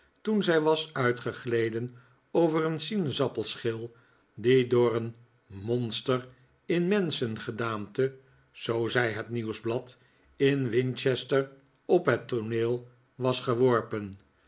toen zij was uitgegleden over een sinaasappelschil die door een monster in menschengedaaute zoo zei het nieuwsblad in winchester op het tooneel was geworpen